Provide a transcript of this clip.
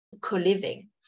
co-living